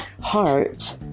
heart